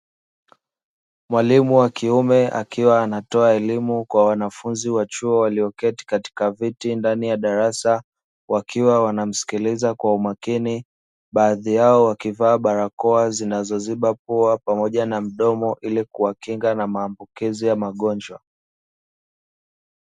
Mwalimu wa kiume akiwa anatoa elimu kwa wanafunzi wa chuo walioketi katika viti ndani ya darasa wakiwa wanamsikiliza kwa umakini. Baadhi yao wakivaa barakoa zinazoziba pua pamoja na mdomo ili kuwakinga na maambukizi ya magonjwa.